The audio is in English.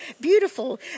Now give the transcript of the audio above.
beautiful